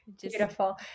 Beautiful